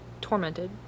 tormented